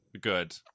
good